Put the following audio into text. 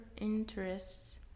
interests